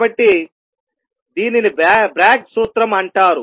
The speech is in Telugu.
కాబట్టి దీనిని బ్రాగ్ సూత్రం అంటారు